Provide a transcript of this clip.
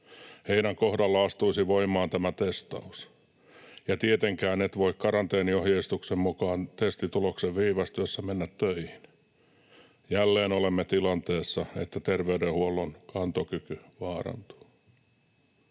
Heidän kohdallaan astuisi voimaan tämä testaus, ja tietenkään et voi karanteeniohjeistuksen mukaan testituloksen viivästyessä mennä töihin. Jälleen olemme tilanteessa, että terveydenhuollon kantokyky vaarantuu.